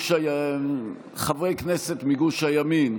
חברי כנסת מגוש הימין,